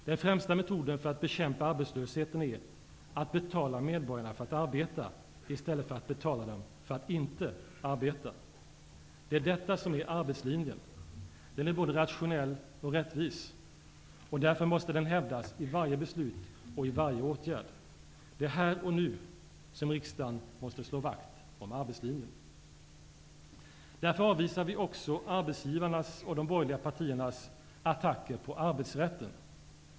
Den främsta metoden för att bekämpa arbetslösheten är att betala medborgarna för att arbeta i stället för att betala dem för att inte arbeta. Det är detta som är arbetslinjen. Den är både rationell och rättvis. Därför måste den hävdas i varje beslut och i varje åtgärd. Det är här och nu som riksdagen måste slå vakt om arbetslinjen. Därför avvisar vi också arbetsgivarnas och de borgerliga partiernas attacker mot arbetsrätten.